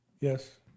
Yes